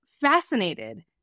fascinated